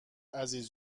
عزیز